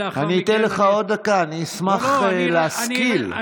אני אשמח, אני אשמח להשכיל.